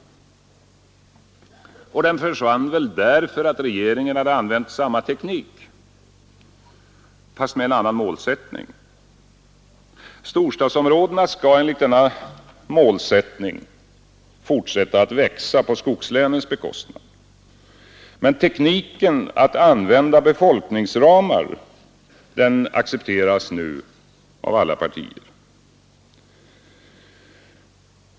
Den försvann väl därför att regeringen använt samma teknik — fast med annan målsättning. Storstadsområdena skall enligt denna målsättning fortsätta att växa på skogslänens bekostnad. Tekniken att använda befolkningsramar accepterades nu av alla partier.